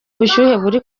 ubushyuhe